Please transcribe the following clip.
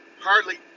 hardly